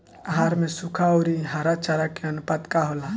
आहार में सुखा औरी हरा चारा के आनुपात का होला?